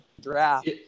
Draft